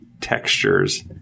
textures